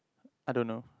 I don't know